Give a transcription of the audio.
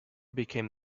became